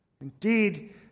Indeed